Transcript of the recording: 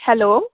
hello